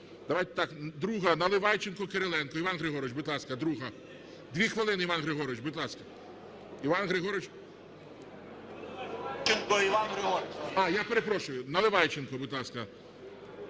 2-а, Наливайченко, Кириленко. Іван Григорович, будь ласка, 2-а. Дві хвилини, Іван Григорович. Будь ласка. Іван Григорович. А, я перепрошую. Наливайченко, будь ласка,